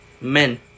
men